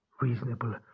reasonable